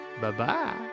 Bye-bye